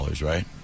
right